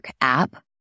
app